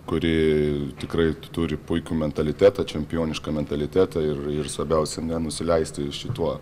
kuri tikrai turi puikų mentalitetą čempionišką mentalitetą ir ir svarbiausia nenusileisti šituo